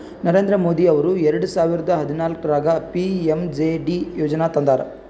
ನರೇಂದ್ರ ಮೋದಿ ಅವರು ಎರೆಡ ಸಾವಿರದ ಹದನಾಲ್ಕರಾಗ ಪಿ.ಎಮ್.ಜೆ.ಡಿ ಯೋಜನಾ ತಂದಾರ